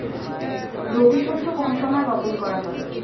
রবি শস্য কোন সময় বপন করা হয়?